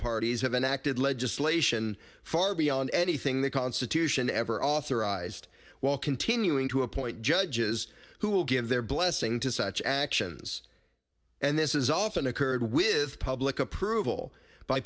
parties have enacted legislation far beyond anything the constitution ever authorized while continuing to appoint judges who will give their blessing to such actions and this is often occurred with public approval by